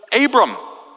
Abram